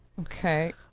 Okay